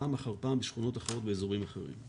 פעם אחר פעם בשכונות אחרות באזורים אחרים.